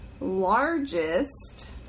largest